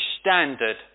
Standard